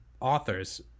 authors